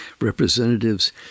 representatives